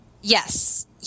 Yes